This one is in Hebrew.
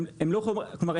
כלומר,